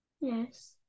Yes